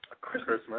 Christmas